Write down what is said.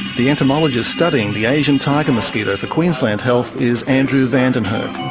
the entomologist studying the asian tiger mosquito for queensland health is andrew van den hurk.